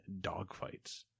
dogfights